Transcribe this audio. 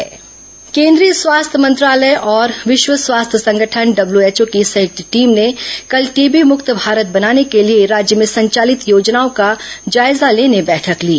TB नियंत्रण बैठक केंद्रीय स्वास्थ्य मंत्रालय और विश्व स्वास्थ्य संगठन डब्ल्यू एचओ की संयुक्त टीम ने कल टीबी मुक्त भारत बनाने के लिए राज्य में संचालित योजनाओं का जायजा लेने बैठक ली